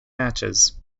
matches